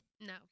No